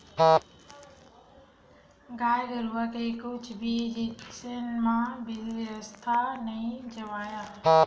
गाय गरुवा के कुछु भी जिनिस ह बिरथा नइ जावय